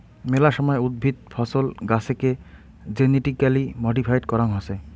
মেলা সময় উদ্ভিদ, ফছল, গাছেকে জেনেটিক্যালি মডিফাইড করাং হসে